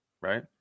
right